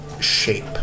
shape